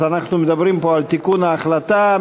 אז אנחנו מדברים פה על תיקון ההחלטה.